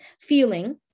feeling